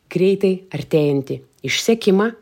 greitai artėjantį išsekimą